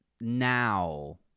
now